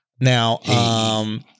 Now